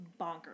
bonkers